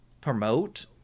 promote